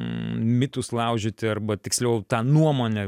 mitus laužyti arba tiksliau tą nuomonę